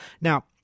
Now